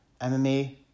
MMA